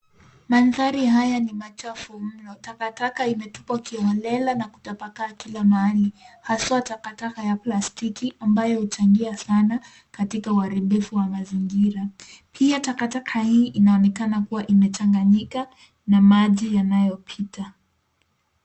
Mandhari haya ni machafu mno. Takataka imetupwa kiholela na kutapakaa kila mahali haswa takataka ya plastiki ambayo huchangia sana katika uharibifu wa mazingira. Pia takataka hii inaonekana kuwa imechanganyika na maji yanayopita.